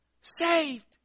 saved